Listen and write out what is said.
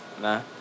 nah